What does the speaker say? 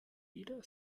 jeder